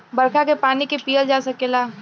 बरखा के पानी के पिअल जा सकेला